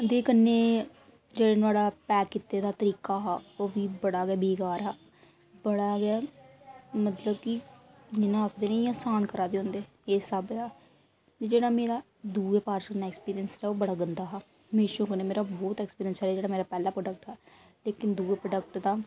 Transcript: दे कन्नै जेह्ड़ा नुहाडा पैक कीते दा तरीका हा ओह् बी बड़ा गै बेकार हा बड़ा गै मतलब कि जिनें आखदे ना ओह् स्हान करा दे होंदे कि इस स्हाबै दा ते जेह्ड़ा मेरा दुए पार्सल कन्नै ऐक्सपीरियंस रेहा ओह् बड़ा गंदा हा मीशो कन्नै मेरा बोह्त ऐक्सपीरियंस ऐ जेह्ड़ा मेरा पैह्ले प्रोडक्ट हा लेकिन दुए प्रोडक्ट दा